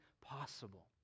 possible